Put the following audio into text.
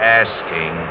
asking